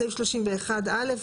בסעיף 31(א).